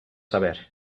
saber